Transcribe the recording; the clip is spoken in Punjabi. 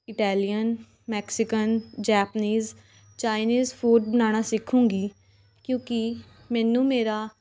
Italian Mexican Japanese Chinese food ਬਣਾਉਣਾ ਸਿਖੂੰਗੀ ਕਿਉਂਕਿ ਮੈਨੂੰ ਮੇਰਾ